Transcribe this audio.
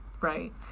Right